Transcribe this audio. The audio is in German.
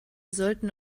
sollten